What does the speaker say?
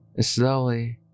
Slowly